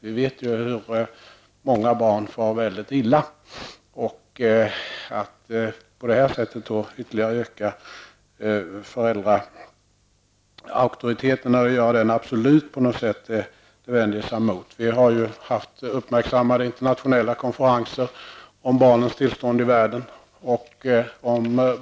Vi vet att många barn far väldigt illa. Att på detta sätt ytterligare öka föräldraauktoriteten och på något sätt göra denna absolut vänder jag mig mot. Vi har haft uppmärksammade internationella konferenser om barnens situation i världen.